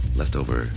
leftover